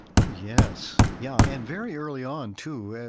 oh, yes. yeah, and very early on, too.